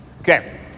Okay